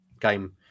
game